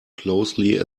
closely